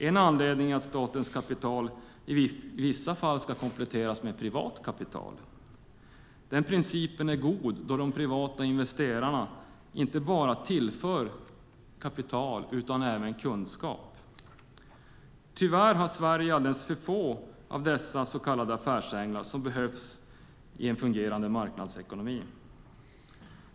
En anledning är att statens kapital i vissa fall ska kompletteras med privat kapital. Den principen är god då de privata investerarna tillför inte bara kapital utan även kunskap. Tyvärr har Sverige alldeles för få av dessa så kallade affärsänglar som behövs i en fungerande marknadsekonomi.